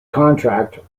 contract